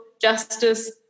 justice